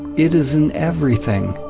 it is in everything,